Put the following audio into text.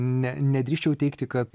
ne nedrįsčiau teigti kad